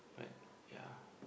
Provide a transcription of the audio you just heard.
but yeah